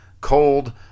cold